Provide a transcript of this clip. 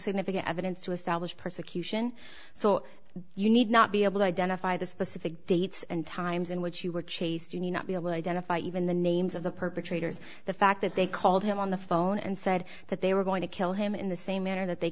significant evidence to establish persecution so you need not be able to identify the specific dates and times in which you were chased you need not be able to identify even the names of the perpetrators the fact that they called him on the phone and said that they were going to kill him in the same manner that they